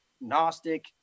gnostic